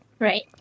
Right